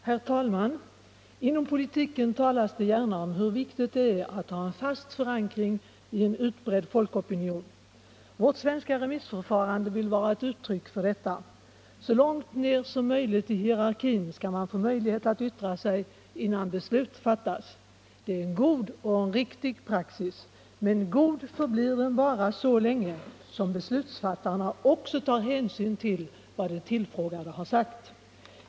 Herr talman! Inom politiken talas det gärna om hur viktigt det är att ha en fast förankring i en utbredd folkopinion. Vårt svenska remissförfarande vill vara ett uttryck för detta. Så långt ner som möjligt i hierarkin skall man få möjlighet att yttra sig innan beslut fattas. Det är en god och riktig praxis, men god förblir den bara så länge som beslutsfattarna också tar hänsyn till vad de tillfrågade sagt.